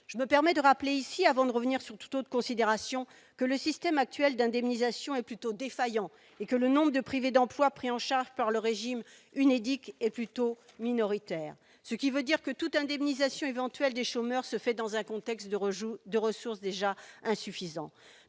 je me permets de rappeler ici, avant de revenir sur toute autre considération que le système actuel d'indemnisation est plutôt défaillant et que le nombre de privés d'emploi, pris en charge par le régime Unédic et plutôt minoritaire, ce qui veut dire que toute indemnisation éventuelle des chômeurs se fait dans un contexte de rejouer, de ressources déjà insuffisant,